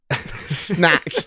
snack